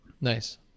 nice